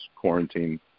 quarantine